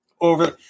over